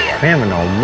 criminal